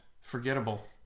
forgettable